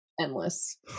endless